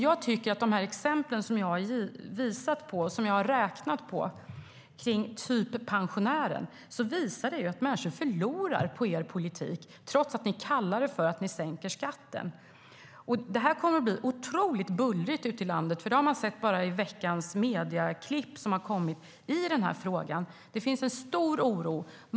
Jag tycker att exemplen som jag har visat på och räknat på för typpensionären visar att människor förlorar på er politik trots att ni kallar det för att sänka skatten. Det här kommer att bli otroligt bullrigt ute i landet. Det har man sett bara i veckans medieklipp i den här frågan. Det finns en stor oro.